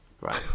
Right